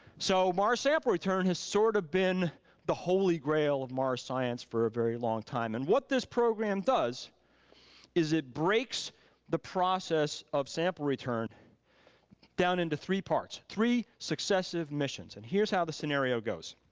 so mars sample return has sort of been the holy grail of mars science for a very long time. and what this program does is it breaks the process of sample return down into three parts. three successive missions, and here's how the scenario goes.